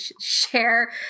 share